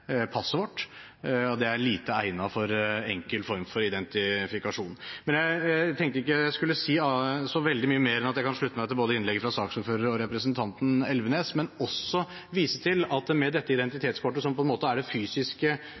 passet vårt, og det er lite egnet for enkel form for identifikasjon. Jeg tenkte jeg ikke skulle si så veldig mye mer enn å slutte meg til innlegget fra både saksordføreren og representanten Elvenes, men jeg vil også vise til at det med dette identitetskortet, som på en måte er det